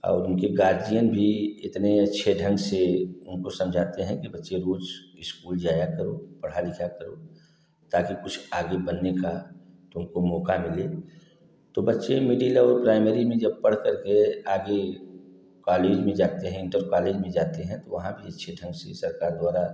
और उनके गार्जियन भी इतने अच्छे ढंग से उनको समझाते हैं कि बच्चे रोज़ इस्कूल जाया करो पढ़ा लिखा करो ताकि आगे बनने का तुमको मौक़ा मिले तो बच्चे मिडिल और प्राइमरी में जब पढ़ करके आगे कालेज में जाते हैं इंटर कालेज में जाते हैं हैं तो वहाँ भी अच्छे ढंग से सरकार द्वारा